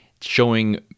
showing